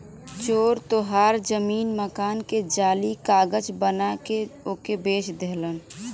चोर तोहार जमीन मकान के जाली कागज बना के ओके बेच देलन